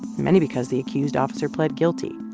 many because the accused officer pled guilty